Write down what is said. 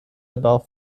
about